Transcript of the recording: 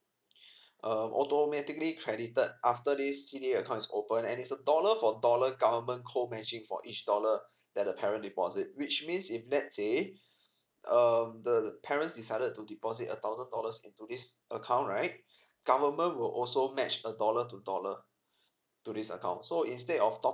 err automatically credited after this C_D_A account is open and it's a dollar for dollar government go matching for each dollar that the parent deposit which means if let's say um the parents decided to deposit a thousand dollars into this account right government will also match a dollar to dollar to this account so instead of topping